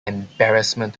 embarrassment